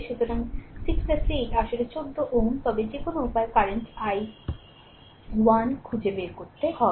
সুতরাং 6 8 আসলে 14 Ω তবে যে কোনও উপায়ে কারেন্ট i 1 খুঁজে বের করতে হবে